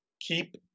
keep